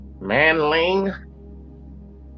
Manling